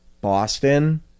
Boston